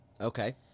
Okay